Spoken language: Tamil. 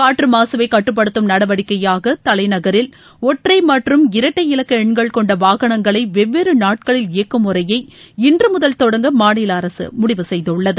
காற்று மாகவை கட்டுப்படுத்தும் நடவடிக்கையாக தலைநகரில் ஒற்றை மற்றும் இரட்டை இலக்க எண்கள் கொண்ட வாகனங்களை வெவ்வேறு நாட்களில் இயக்கும் முறையை இன்று முதல் தொடங்க மாநில அரசு முடிவு செய்துள்ளது